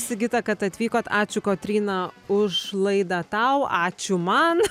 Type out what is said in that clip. sigita kad atvykot ačiū kotryna už laidą tau ačiū man